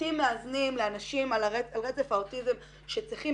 לבתים מאזנים לאנשים על הרצף האוטיזם שצריכים